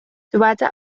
dyweda